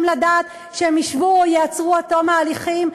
לדעת שהם ישבו או ייעצרו עד תום ההליכים,